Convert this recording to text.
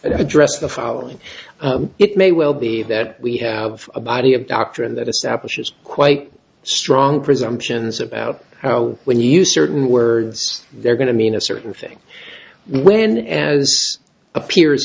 address the following it may well be that we have a body of doctrine that establishes quite strong presumptions about how when you use certain words they're going to mean a certain thing when as appears